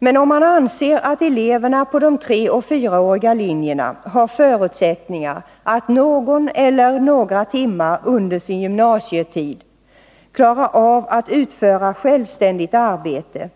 Men om man anser att eleverna på de treoch fyraåriga linjerna har förutsättningar att någon eller några timmar under sin gymnasietid klara av att utföra självständigt arbete,